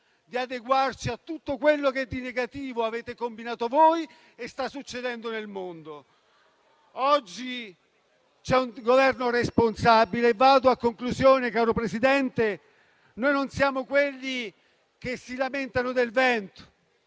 di adeguarci a tutto quello che di negativo avete combinato voi e che sta succedendo nel mondo. Oggi c'è un Governo responsabile. Mi avvio alla conclusione, caro Presidente. Noi non siamo quelli che si lamentano del vento,